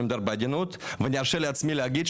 אני מדבר בעדינות ואני ארשה לעצמי להגיד,